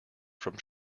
from